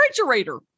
refrigerator